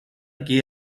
que